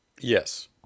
Yes